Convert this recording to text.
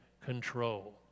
control